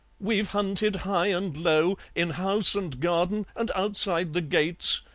we've hunted high and low, in house and garden and outside the gates,